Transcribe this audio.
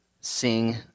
sing